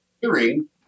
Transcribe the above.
hearing